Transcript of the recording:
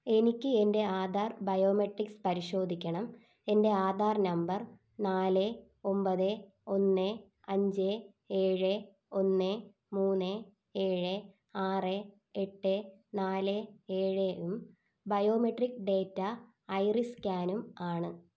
എനിക്ക് എൻ്റെ ആധാർ ബയോമെട്രിക്സ് പരിശോധിക്കണം എൻ്റെ ആധാർ നമ്പർ നാല് ഒമ്പത് ഒന്ന് അഞ്ച് ഏഴ് ഒന്ന് മൂന്ന് ഏഴ് ആറ് എട്ട് നാല് ഏഴും ബയോമെട്രിക് ഡേറ്റ ഐറിസ് സ്കാനും ആണ്